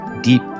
deep